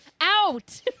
out